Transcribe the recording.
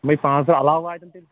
مےٚ پانٛژھ دَہ علاوٕ واتن تیٚلہِ